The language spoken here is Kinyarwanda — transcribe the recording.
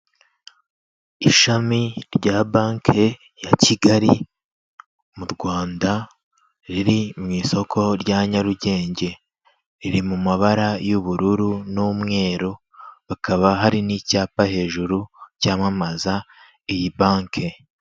Ishami rya banki ya Kigali mu Rwanda, riri mu isoko rya Nyarugenge. Riri mu mabara y'ubururu n'umweru, hakaba hari n'icyapa hejuru cyamamaza iyi banki.